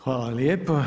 Hvala lijepa.